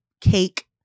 cake